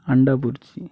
अंडाभुर्जी